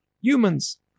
Humans